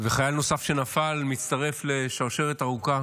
חייל נוסף שנפל מצטרף לשרשרת ארוכה